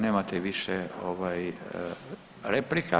Nemate više replika.